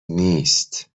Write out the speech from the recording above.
نیست